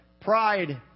Pride